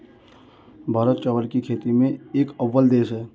भारत चावल की खेती में एक अव्वल देश है